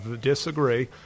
disagree